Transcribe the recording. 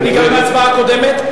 אני גם בהצבעה הקודמת,